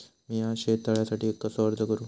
मीया शेत तळ्यासाठी कसो अर्ज करू?